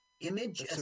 image